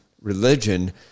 religion